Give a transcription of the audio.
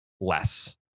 less